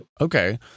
Okay